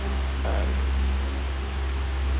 um